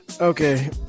Okay